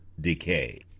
decay